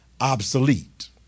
obsolete